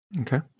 Okay